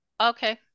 Okay